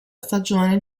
stagione